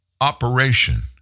operation